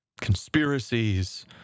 conspiracies